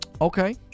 Okay